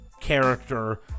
character